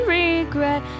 regret